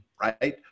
right